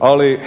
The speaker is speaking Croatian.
Ali